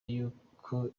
yuko